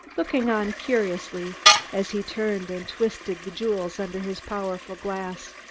looking on curiously as he turned and twisted the jewels under his powerful glass.